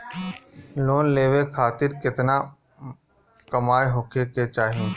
Loan लेवे खातिर केतना कमाई होखे के चाही?